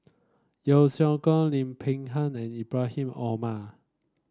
Yeo Siak Goon Lim Peng Han and Ibrahim Omar